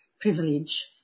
privilege